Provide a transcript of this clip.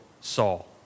Saul